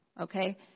okay